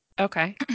Okay